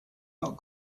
not